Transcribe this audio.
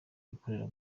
ikorera